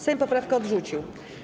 Sejm poprawkę odrzucił.